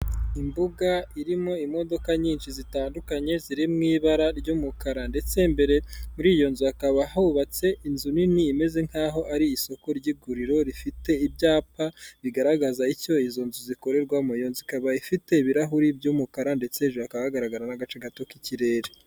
Imbuga irimo imodoka nyinshi zitandukanye ziri mu ibara ry'umukara ndetse imbere kuri iyo nzu hakaba hubatse inzu nini imeze nk'aho ari isoko ry'iguriro rifite ibyapa bigaragaza icyo izo nzu zikorerwamo, iyo nzu ikaba ifite ibirahuri by'umukara ndetse hejuru hakaba hakagaragara n'agace gato k'ikirere.